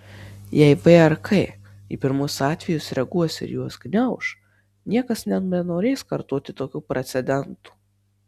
jei vrk į pirmus atvejus reaguos ir juos gniauš niekas nebenorės kartoti tokių precedentų